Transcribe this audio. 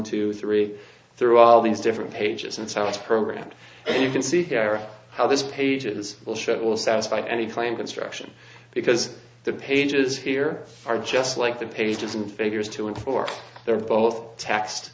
to three through all these different pages and so it's programmed and you can see how this pages will show will satisfy any claim construction because the pages here are just like the pages and figures two and four they're both t